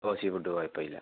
ഓ seafood കുഴപ്പമില്ല